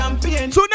tonight